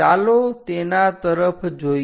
ચાલો તેના તરફ જોઈએ